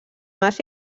mas